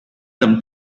them